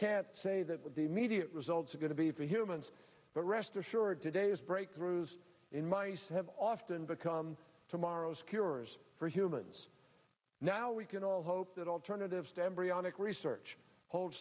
can't say that with the immediate results are going to be for humans but rest assured today as breakthroughs in mice have often become tomorrow's cures for humans now we can all hope that alternatives to embryonic research hold